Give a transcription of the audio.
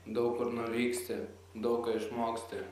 daug kur nuvyksi daug ką išmoksti